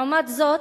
לעומת זאת,